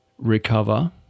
recover